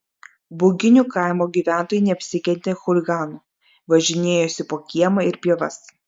buginių kaimo gyventojai neapsikentė chuliganų važinėjosi po kiemą ir pievas